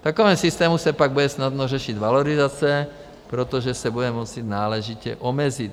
V takovém systému se pak bude snadno řešit valorizace, protože se bude moci náležitě omezit.